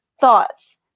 thoughts